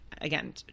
again